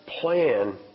plan